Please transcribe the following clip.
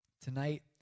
Tonight